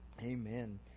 Amen